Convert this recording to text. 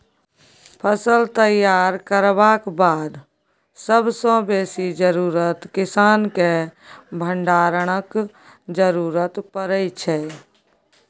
फसल तैयार करबाक बाद सबसँ बेसी जरुरत किसानकेँ भंडारणक जरुरत परै छै